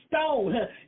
stone